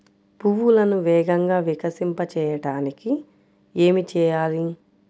పువ్వులను వేగంగా వికసింపచేయటానికి ఏమి చేయాలి?